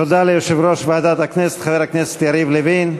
תודה ליושב-ראש ועדת הכנסת, חבר הכנסת יריב לוין.